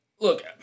look